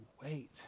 wait